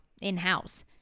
in-house